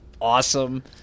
awesome